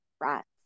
rats